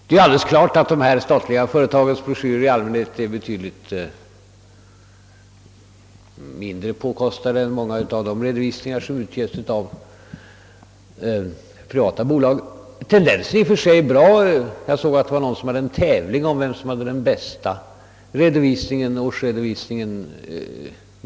Det är alldeles klart att de statliga företagens broschyrer i allmänhet är betydligt mindre påkostade än många av de redovisningar som utges av privata bolag. Tendensen är i och för sig bra. Jag såg att det nyligen förekom en tävling om vem som hade den bästa årsredovisningen.